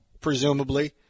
presumably